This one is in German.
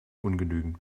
ungenügend